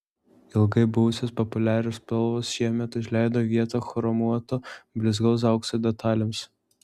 ilgai buvusios populiarios spalvos šiemet užleido vietą chromuoto blizgaus aukso detalėms